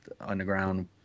underground